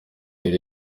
yari